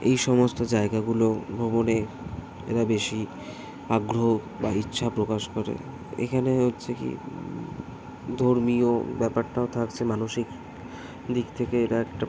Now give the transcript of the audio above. এই সমস্ত জায়গাগুলো ভ্রমণে এরা বেশি আগ্রহ বা ইচ্ছা প্রকাশ করে এইখানে হচ্ছে কী ধর্মীয় ব্যাপারটাও থাকছে মানসিক দিক থেকে এরা একটা